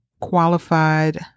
qualified